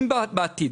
אם בעתיד,